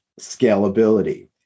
scalability